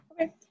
Okay